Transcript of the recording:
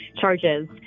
charges